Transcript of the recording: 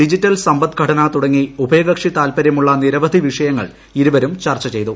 digital സമ്പദ്ഘടന തുടങ്ങി ഉഭയകക്ഷി താൽപ്പരൃമുള്ള നിരവധി വിഷയങ്ങൾ ഇരുവരും ചർച്ച ചെയ്തു